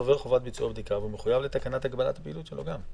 עובר חובת ביצוע בדיקה והוא מחויב לתקנת הגבלת הפעילות שלו גם.